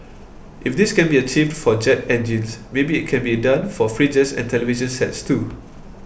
if this can be achieved for jet engines maybe it can be done for fridges and television sets too